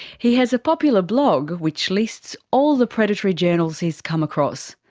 he has a popular blog, which lists all the predatory journals he's come across.